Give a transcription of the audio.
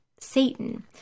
Satan